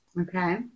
Okay